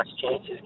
chances